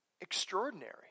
extraordinary